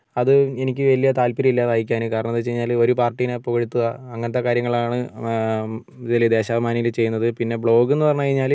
അത് എനിക്ക് വലിയ താല്പര്യമില്ല വായിക്കാൻ കാരണമെന്നു വെച്ച്കഴിഞ്ഞാൽ ഒരു പാർട്ടിനെ പുകഴ്ത്തുക അങ്ങനെത്തെ കാര്യങ്ങളാണ് ഇതിൽ ദേശാഭിമാനിയിൽ ചെയ്യുന്നത് പിന്നെ ബ്ലോഗെന്ന് പറഞ്ഞു കഴിഞ്ഞാൽ